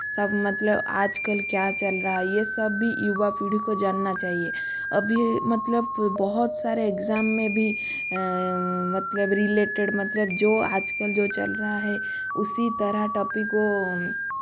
सब मतलब आजकल क्या चल रहा है यह सब भी युवा पीढ़ी को जानना चाहिए अभी मतलब बहुत सारे एग्जाम में भी मतलब रिलेटेड मतलब जो आजकल जो चल रहा है उसी तरह टॉपिक को